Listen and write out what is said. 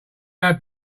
had